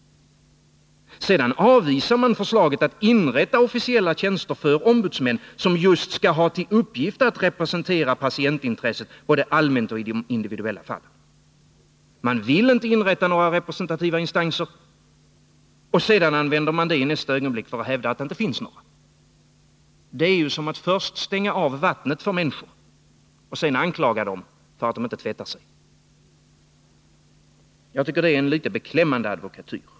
Sedan avvisar man förslaget att inrätta officiella tjänster för ombudsmän, som just skall ha till uppgift att representera patientintresset både allmänt och i de individuella fallen. Man vill inte inrätta några representativa instanser, säger man, och i nästa ögonblick använder man det för att hävda att det inte finns några. Det är ju som att först stänga av vattnet för människor och sedan anklaga dem för att de inte tvättar sig. Denna advokatyr är beklämmande.